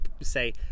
say